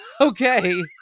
Okay